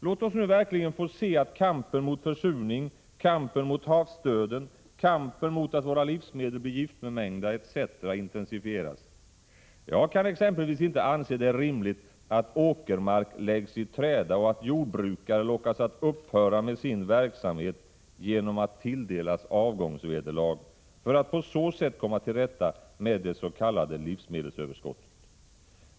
Låt oss nu verkligen få se att kampen mot försurning, kampen mot havsdöden, kampen mot att våra livsmedel blir giftbemängda etc. intensifieras. Jag kan exempelvis inte anse det rimligt, att åkermark läggs i träda och att jordbrukare lockas att upphöra med sin verksamhet genom att tilldelas avgångsvederlag, för att man på så sätt skall komma till rätta med det s.k. livsmedelsöverskottet.